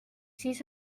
siis